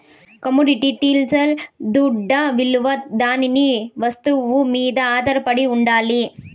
కమొడిటీస్ల దుడ్డవిలువ దాని వస్తువు మీద ఆధారపడి ఉండాలి